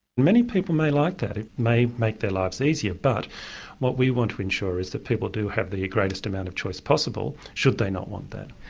many people may like that, it may make their lives easier, but what we want to ensure is that people do have the greatest amount of choice possible should they not want that.